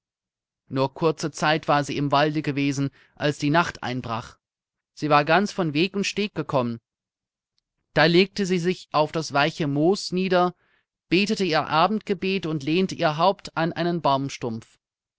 nur kurze zeit war sie im walde gewesen als die nacht einbrach sie war ganz von weg und steg gekommen da legte sie sich auf das weiche moos nieder betete ihr abendgebet und lehnte ihr haupt an einen baumstumpf